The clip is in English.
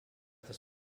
this